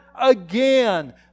again